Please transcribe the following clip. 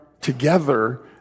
together